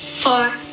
Four